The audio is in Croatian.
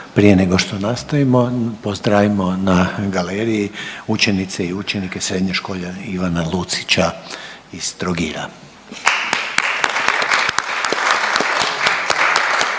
Prije nego što nastavimo pozdravimo na galeriji učenice i učenike srednje škole Ivana Lucića iz Trogira.